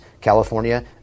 California